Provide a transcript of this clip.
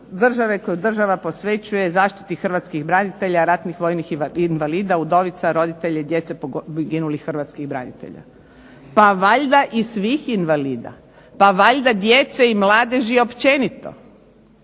koju države posvećuje zaštiti hrvatskih branitelja, ratnih vojnih invalida, udovica, roditelja i djece poginulih hrvatskih branitelja. Pa valjda i svih invalida, pa valjda djece i mladeži općenito.